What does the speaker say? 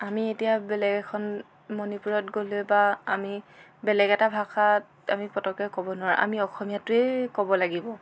আমি এতিয়া বেলেগ এখন মণিপুৰত গ'লে বা আমি বেলেগ এটা ভাষা আমি পতককৈ ক'ব নোৱাৰো আমি অসমীয়াটোৱেই ক'ব লাগিব